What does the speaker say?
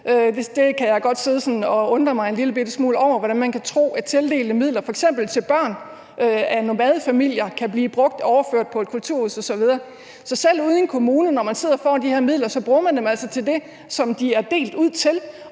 en lillebitte smule over, altså hvordan man kan tro, at tildelte midler f.eks. til børn af nomadefamilier kan blive brugt på og overført til et kulturhus osv. Ude i en kommune, når man sidder med de her midler, så bruger man dem altså til det, som de er delt ud til,